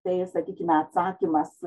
tai sakykime atsakymas